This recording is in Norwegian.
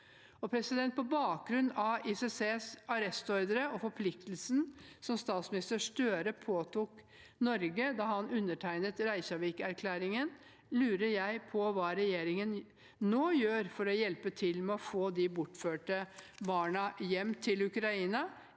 På bakgrunn av ICCs arrestordre og forpliktelsen statsminister Støre påtok Norge da han undertegnet Reykjavik-erklæringen, lurer jeg på hva regjeringen nå gjør for å hjelpe til med å få de bortførte barna hjem til Ukraina